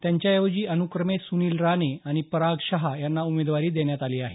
त्यांच्याऐवजी अनुक्रमे सुनील राणे आणि पराग शहा यांना उमेदवारी देण्यात आली आहे